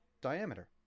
diameter